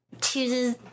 chooses